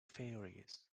fairies